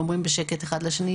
אומרים בשקט אחד לשני,